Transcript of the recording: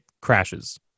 crashes